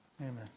Amen